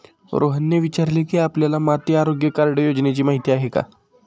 रोहनने विचारले की, आपल्याला माती आरोग्य कार्ड योजनेची माहिती आहे का?